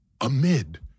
amid